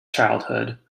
childhood